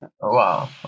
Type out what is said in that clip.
wow